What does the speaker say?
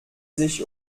sich